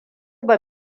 ba